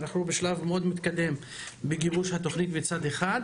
אנחנו בשלב מאוד מתקדם בגיבוש התוכנית מצד אחד,